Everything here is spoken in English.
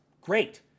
Great